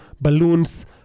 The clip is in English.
balloons